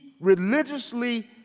religiously